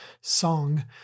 song